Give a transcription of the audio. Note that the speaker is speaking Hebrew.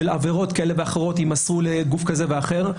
שעבירות כאלה ואחרות יימסרו לגוף כזה ואחר,